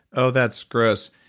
oh, that's gross,